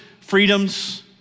freedoms